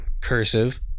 cursive